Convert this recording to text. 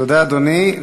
תודה, אדוני.